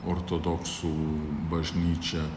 ortodoksų bažnyčia